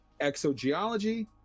exogeology